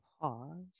Pause